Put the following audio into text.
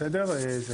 בסדר?